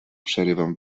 przerywam